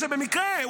שבמקרה,